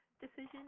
decision